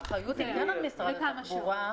האחריות היא כן על משרד התחבורה.